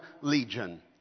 legion